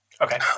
Okay